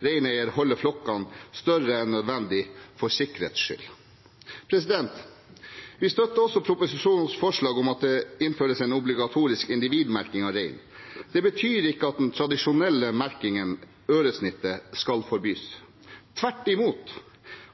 reineier holder flokkene større en nødvendig «for sikkerhets skyld». Vi støtter også proposisjonens forslag om at det innføres en obligatorisk individmerking av rein. Dette betyr ikke at den tradisjonelle merkingen, øresnittet, skal forbys – tvert imot.